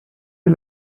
est